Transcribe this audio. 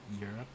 Europe